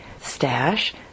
stash